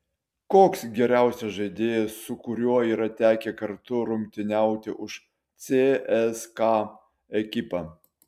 koks geriausias žaidėjas su kuriuo yra tekę kartu rungtyniauti už cska ekipą